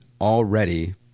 already